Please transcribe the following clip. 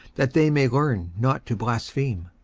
that they may learn not to blaspheme.